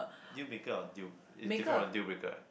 deal maker or deal is different from deal breaker right